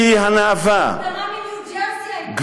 היא קטנה מניו-ג'רזי, האימפריה הזאת.